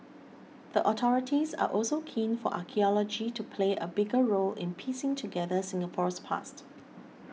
the authorities are also keen for archaeology to play a bigger role in piecing together Singapore's past